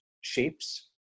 shapes